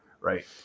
right